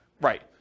Right